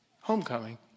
Homecoming